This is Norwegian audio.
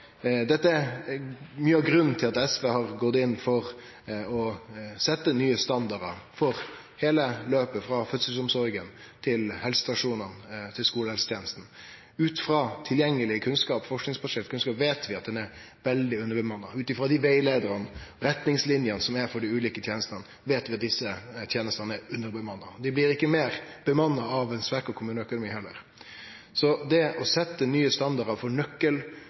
Dette er mykje av grunnen til at SV har gått inn for å setje nye standardar for heile løpet frå fødselsomsorga via helsestasjonane til skulehelsetenesta. Ut frå tilgjengeleg kunnskap frå forskingsprosjekt veit vi at ein er veldig underbemanna. Ut frå rettleiingane, retningslinjene for dei ulike tenestene, veit vi at desse tenestene er underbemanna, og dei blir ikkje meir bemanna av ein svekt kommuneøkonomi heller. Det å setje nye standardar for